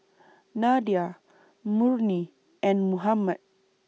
Nadia Murni and Muhammad